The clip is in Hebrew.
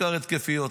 בעיקר התקפיות,